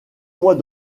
mois